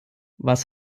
was